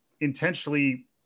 intentionally